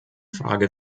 frage